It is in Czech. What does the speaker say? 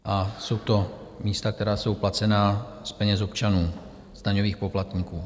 A jsou to místa, která jsou placená z peněz občanů, daňových poplatníků.